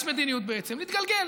יש מדיניות, בעצם, להתגלגל.